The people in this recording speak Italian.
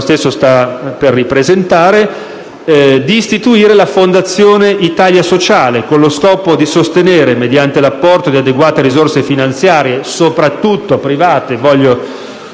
sta per presentare, di istituire la Fondazione Italia sociale, con lo scopo di sostenere, mediante l'apporto di adeguate risorse finanziarie (soprattutto private, voglio